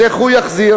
אז איך הוא יחזיר?